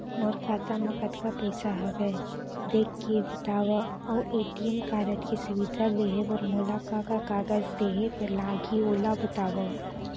मोर खाता मा कतका पइसा हवये देख के बतावव अऊ ए.टी.एम कारड के सुविधा लेहे बर मोला का का कागज देहे बर लागही ओला बतावव?